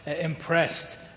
impressed